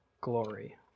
glory